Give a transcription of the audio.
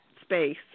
space